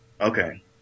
okay